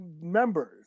members